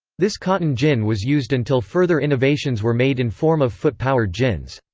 this cotton gin was used until further innovations were made in form of foot powered gins.